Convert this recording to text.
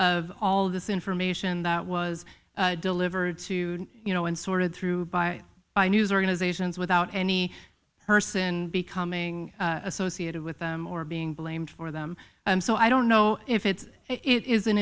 of all of this information that was delivered to you know and sort of through by by news organizations without any person becoming associated with them or being blamed for them so i don't know if it's it is an